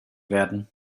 werden